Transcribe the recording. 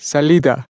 Salida